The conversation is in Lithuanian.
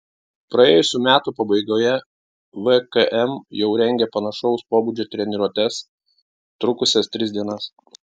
praėjusių metų pabaigoje vkm jau rengė panašaus pobūdžio treniruotes trukusias tris dienas